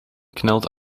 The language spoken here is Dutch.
knelt